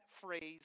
phrase